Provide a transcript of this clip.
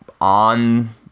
on